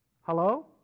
Hello